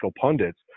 pundits